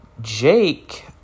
Jake